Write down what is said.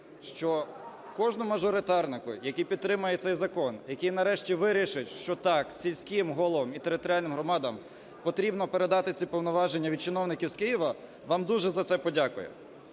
що кожному мажоритарнику, який підтримає цей закон, який нарешті вирішить, що так, сільським головам і територіальним громадам потрібно передати ці повноваження від чиновників з Києва, вам дуже за це подякують.